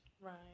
Right